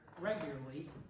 regularly